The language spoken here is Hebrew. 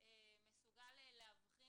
כתלמיד מסוגל להבחין